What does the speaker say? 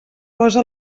posa